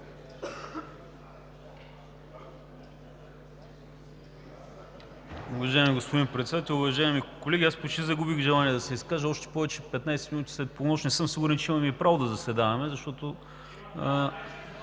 Уважаеми господин Председател, уважаеми колеги! Аз почти загубих желание да се изкажа, още повече, че 15 минути след полунощ не съм сигурен, че имаме право и да заседаваме, защото